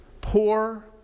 poor